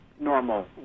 normal